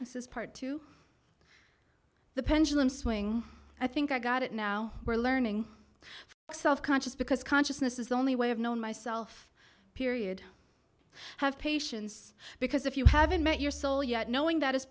this is part to the pendulum swing i think i got it now we're learning self conscious because consciousness is the only way of knowing myself period have patience because if you haven't met your soul yet knowing that is